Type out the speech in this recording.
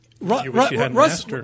Russ